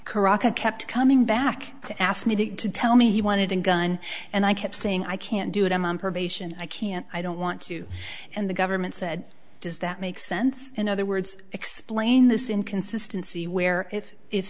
caracal kept coming back to ask me to tell me he wanted a gun and i kept saying i can't do it i'm on probation i can't i don't want to and the government said does that make sense in other words explain this inconsistency where if if